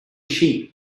sheet